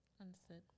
Understood